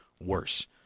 worse